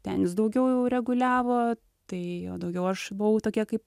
ten jis daugiau reguliavo tai o daugiau aš buvau tokia kaip